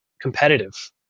competitive